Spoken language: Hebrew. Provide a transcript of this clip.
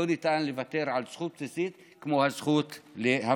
לא ניתן לוותר על זכות בסיסית כמו הזכות להפגין.